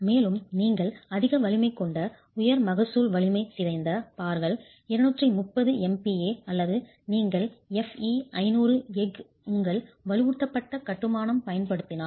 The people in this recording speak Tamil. மேலும் நீங்கள் அதிக வலிமை கொண்ட உயர் மகசூல் வலிமை சிதைந்த பார்கள் 230 MPa அல்லது நீங்கள் Fe 500 எஃகு உங்கள் வலுவூட்டப்பட்ட கட்டுமானம் பயன்படுத்தினால் 0